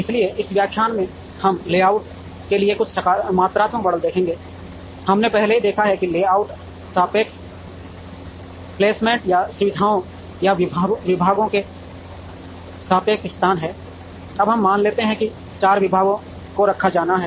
इसलिए इस व्याख्यान में हम लेआउट के लिए कुछ मात्रात्मक मॉडल देखेंगे हमने पहले ही देखा है कि लेआउट सापेक्ष प्लेसमेंट या सुविधाओं या विभागों के सापेक्ष स्थान है अब हम मान लेते हैं कि चार विभागों को रखा जाना है